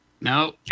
no